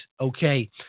okay